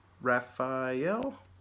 Raphael